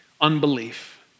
unbelief